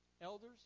elders